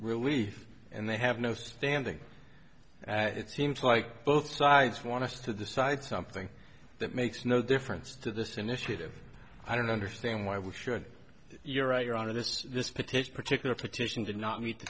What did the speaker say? relief and they have no standing it seems like both sides want to decide something that makes no difference to this initiative i don't understand why we should you're right your honor this this petition particular petition did not meet the